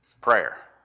Prayer